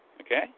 Okay